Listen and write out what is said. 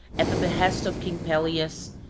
at the behest of king pelias,